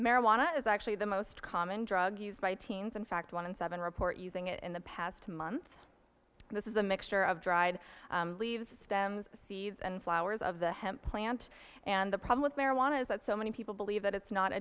marijuana is actually the most common drug used by teens in fact one in seven report using it in the past month this is a mixture of dried leaves stems seeds and flowers of the hemp plant and the problem with marijuana is that so many people believe that it's not